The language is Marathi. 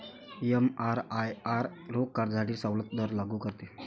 एमआरआयआर रोख कर्जासाठी सवलत दर लागू करते